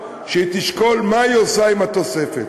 שהיא תשקול מה היא עושה עם התוספת,